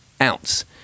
ounce